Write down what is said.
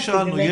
אז מה ששאלנו,